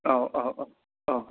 औ औ औ औ